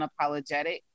unapologetic